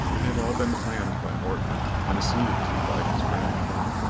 it had all been planned by morton and acceded to by his grandmother.